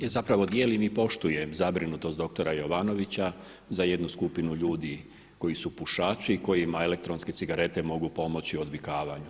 ja zapravo dijelim i poštujem zabrinutost doktora Jovanovića za jednu skupinu ljudi koji su pušači i kojima elektronske cigarete mogu pomoći odvikavanju.